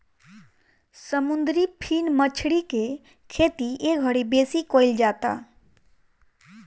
समुंदरी फिन मछरी के खेती एघड़ी बेसी कईल जाता